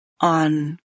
on